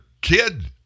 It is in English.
kid